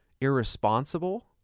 irresponsible